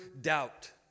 doubt